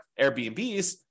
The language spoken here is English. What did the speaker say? Airbnbs